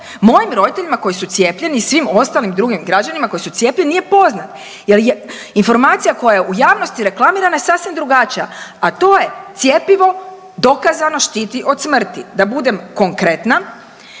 Mojim roditeljima koji su cijepljeni i svim ostalim drugim građanima koji su cijepljeni nije poznat. Jer informacija koja je u javnosti reklamirana je sasvim drugačija, a to je cjepivo dokazano štiti od smrti. Da budem konkretna,